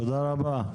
תודה רבה.